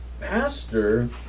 pastor